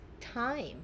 time